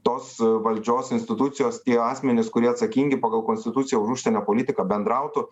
tos valdžios institucijos tie asmenys kurie atsakingi pagal konstituciją už užsienio politiką bendrautų